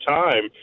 time